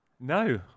No